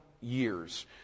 years